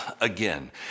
again